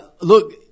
look